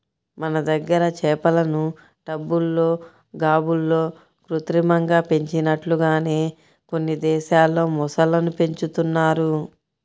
మన దగ్గర చేపలను టబ్బుల్లో, గాబుల్లో కృత్రిమంగా పెంచినట్లుగానే కొన్ని దేశాల్లో మొసళ్ళను పెంచుతున్నారు